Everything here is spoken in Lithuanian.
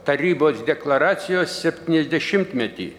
tarybos deklaracijos septyniasdešimtmetį